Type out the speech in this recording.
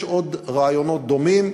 יש עוד רעיונות דומים,